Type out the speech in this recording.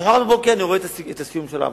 למחרת בבוקר אני רואה את סיום הוועדה,